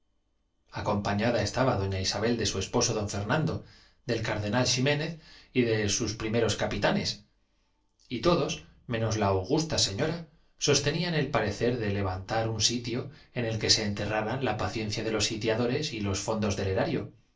acompañada estaba doña isabel de su esposo don fernando del car denal ximénez y de sus primeros capitanes y todos menos la augusta señora sostenían el parecer de le vantar un sitio en que se enterraban la paciencia de los sitiadores y los fondos del erario